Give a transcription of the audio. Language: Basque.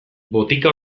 botika